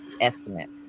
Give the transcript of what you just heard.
estimate